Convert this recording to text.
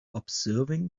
observing